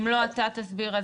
אם לא אתה תסביר,